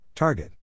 Target